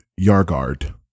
Yargard